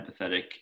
empathetic